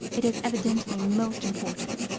it is evidently most important.